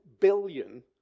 billion